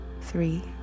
three